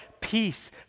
peace